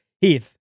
Heath